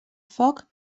foc